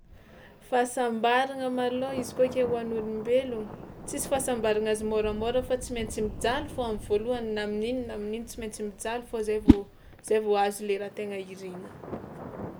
Fahasambaragna malôha izy koa ke ho ain'olombelona, tsisy fahasambarana azo môramôra fa tsy maintsy fao am'voalohany na amin'ino na amin'ino tsy maintsy mijaly fao zay vao zay vao azo le raha tegna iriagna.